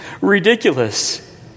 ridiculous